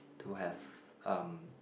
to have um